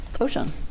ocean